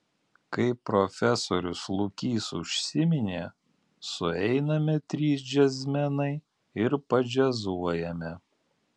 kaip profesorius lukys užsiminė sueiname trys džiazmenai ir padžiazuojame